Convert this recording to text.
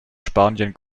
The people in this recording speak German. spanien